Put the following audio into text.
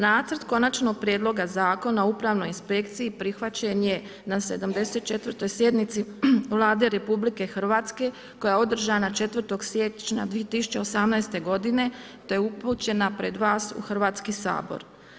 Nacrt Konačnog prijedloga Zakona o Upravnoj inspekciji prihvaćen je na 74. sjednici Vlade RH koja je održana 4. siječnja 2018. godine te je upućena pred vas u Hrvatski sabor.